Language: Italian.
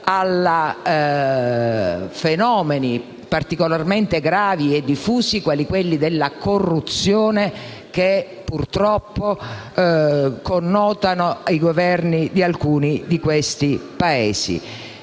a fenomeni particolarmente gravi e diffusi quali la corruzione che, purtroppo, connotano i Governi di alcuni di essi.